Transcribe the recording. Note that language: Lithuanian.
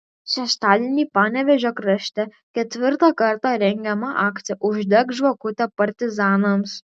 šeštadienį panevėžio krašte ketvirtą kartą rengiama akcija uždek žvakutę partizanams